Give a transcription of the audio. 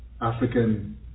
African